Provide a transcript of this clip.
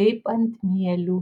kaip ant mielių